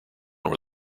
were